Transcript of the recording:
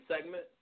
segment